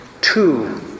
two